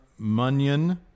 Munyon